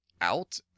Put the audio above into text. out